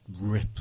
rip